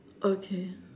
okay